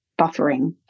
buffering